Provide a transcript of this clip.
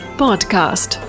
podcast